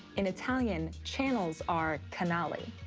in italian, channels are canale.